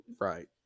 Right